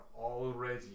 already